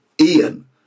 Ian